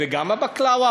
וגם הבקלאווה,